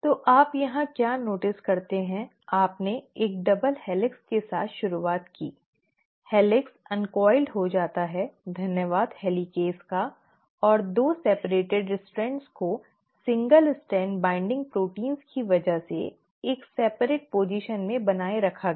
तो आप यहाँ क्या नोटिस करते हैं आपने एक डबल हेलिक्स के साथ शुरुआत की हेलिक्स अन्कॉइल्ड हो जाता है धन्यवाद हेलिकेज़ का और 2 अलग स्ट्रैंड्स को सिंगल स्ट्रैंड बाइंडिंग प्रोटीन की वजह से एक अलग स्थिति में बनाए रखा गया